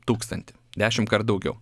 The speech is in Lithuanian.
tūkstantį dešimkart daugiau